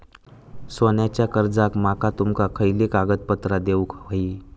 सोन्याच्या कर्जाक माका तुमका खयली कागदपत्रा देऊक व्हयी?